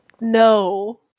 No